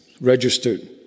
registered